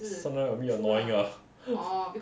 sometimes a bit annoying lah